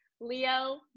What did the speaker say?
leo